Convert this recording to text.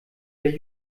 der